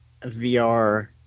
VR